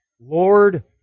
Lord